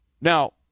Now